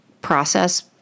process